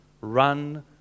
run